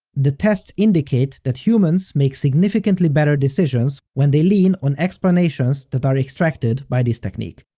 the tests indicate that humans make significantly better decisions when they lean on explanations that are extracted by this technique.